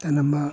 ꯊꯅꯝꯕ